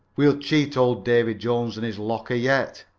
we'll cheat old davy jones and his locker yet.